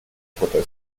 poter